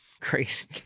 crazy